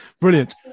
Brilliant